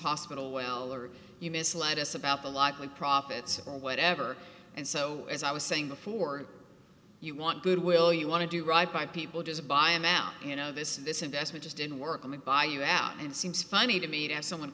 hospital well or you misled us about the likely profits or whatever and so as i was saying before you want goodwill you want to do right by people just buy him out you know this is this investment just didn't work on the buy you out it seems funny to me to have someone